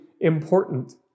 important